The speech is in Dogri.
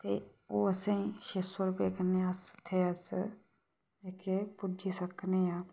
ते ओह् असें छे सौ रपेऽ कन्नै अस उत्थें अस जेह्के पुज्जी सकने आं